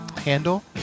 handle